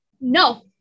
No